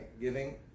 giving